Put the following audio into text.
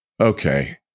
okay